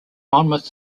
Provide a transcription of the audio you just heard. monmouth